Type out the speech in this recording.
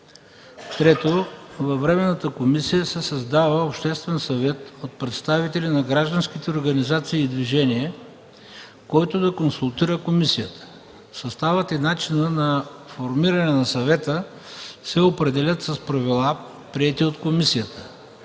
3. Във временната комисия се създава Обществен съвет от представители на гражданските организации и движения, който да консултира комисията. Съставът и начинът на формиране на Съвета се определят с правила, приети от комисията.